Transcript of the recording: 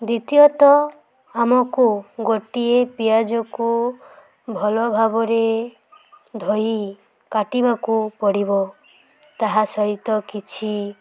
ଦ୍ୱିତୀୟତଃ ଆମକୁ ଗୋଟିଏ ପିଆଜକୁ ଭଲ ଭାବରେ ଧୋଇ କାଟିବାକୁ ପଡ଼ିବ ତାହା ସହିତ କିଛି